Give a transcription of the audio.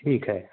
ٹھیک ہے